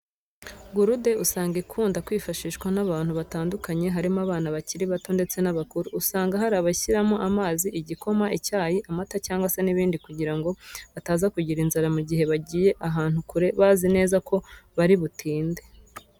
Gurude usanga ikunda kwifashishwa n'abantu batandukanye harimo abana bakiri bato ndetse n'abakuru. Usanga hari abayishyiramo amazi, igikoma, icyayi, amata cyangwa se n'ibindi kugira ngo bataza kugira inzara mu gihe bagiye ahantu kure bazi neza ko bari butinde.